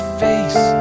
face